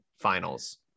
finals